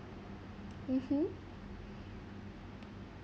mmhmm